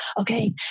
okay